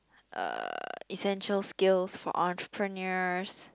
uh essential skills for entrepreneurs